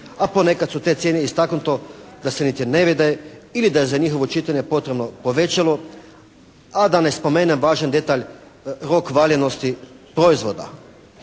a ponekad su te cijene istaknute da se niti ne vide ili da je za njihovo čitanje potrebno povećalo, a da ne spomenem važan detalj, rok valjanosti proizvoda.